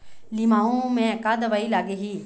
लिमाऊ मे का दवई लागिही?